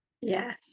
Yes